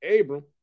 abram